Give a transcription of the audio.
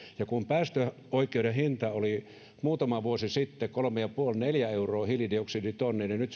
ja kun päästöoikeuden hinta oli muutama vuosi sitten kolme ja puoli tai neljä euroa hiilidioksiditonni niin nyt